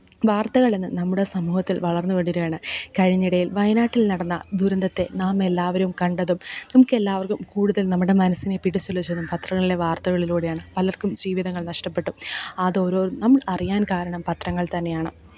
വാര്ത്തകളിന്ന് നമ്മുടെ സമൂഹത്തില് വളര്ന്ന് പടരാണ് കഴിഞ്ഞെടേല് വയനാട്ടില് നടന്ന ദുരന്തത്തെ നാം എല്ലാവരും കണ്ടതും നമുക്കെല്ലാവര്ക്കും കൂടുതല് നമ്മുടെ മനസ്സിനെ പിടിച്ചുലച്ചതും പത്രങ്ങളിലെ വാര്ത്തകളിലൂടെയാണ് പലര്ക്കും ജീവിതങ്ങള് നഷ്ടപ്പെട്ടു ആതോരോ നമ്മള് അറിയാന് കാരണം പത്രങ്ങള് തന്നെയാണ്